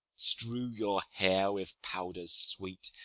strew your hair with powders sweet,